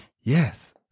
Yes